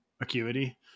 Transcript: Acuity